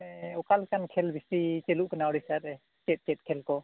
ᱥᱮ ᱚᱠᱟ ᱞᱮᱠᱟᱱ ᱠᱷᱮᱞ ᱵᱮᱥᱤ ᱪᱟᱹᱞᱩᱜ ᱠᱟᱱᱟ ᱳᱰᱤᱥᱟ ᱨᱮ ᱪᱮᱫ ᱪᱮᱫ ᱠᱷᱮᱞ ᱠᱚ